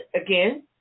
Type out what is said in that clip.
again